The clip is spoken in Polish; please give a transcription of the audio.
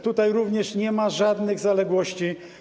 Tutaj również nie ma żadnych zaległości.